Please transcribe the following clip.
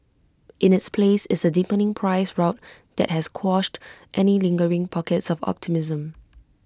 in its place is A deepening price rout that has quashed any lingering pockets of optimism